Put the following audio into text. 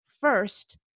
First